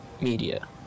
media